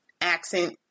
accent